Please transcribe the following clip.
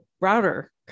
router